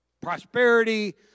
Prosperity